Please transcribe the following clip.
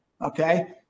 okay